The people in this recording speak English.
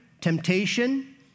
temptation